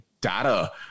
data